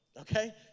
Okay